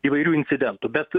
įvairių incidentų bet